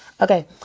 Okay